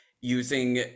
using